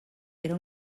era